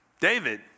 David